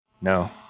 No